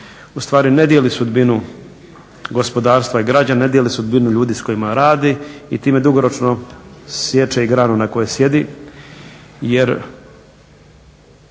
ustvari ne dijeli sudbinu gospodarstva i građana, ne dijeli sudbinu ljudi s kojima radi i time dugoročno siječe i granu na kojoj sjedi. Jer